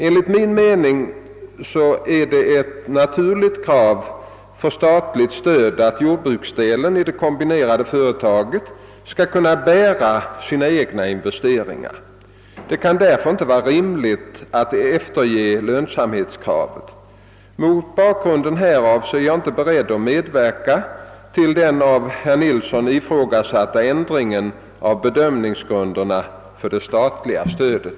Enligt min mening är det ett naturligt krav för statligt stöd att jordbruksdelen i det kombinerade företaget skall kunna bära sina egna investeringar. Det kan därför inte anses vara rimligt att efterge lönsamhetskravet. Mot bakgrunden härav är jag inte beredd medverka till den av herr Nilsson ifrågasatta ändringen av bedömningsgrunderna för det statliga stödet.